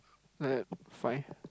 like that five